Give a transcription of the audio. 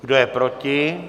Kdo je proti?